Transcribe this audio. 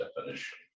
definition